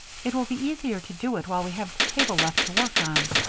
it will be easier to do it while we have the table left to work on.